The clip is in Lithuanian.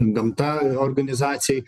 gamta organizacijai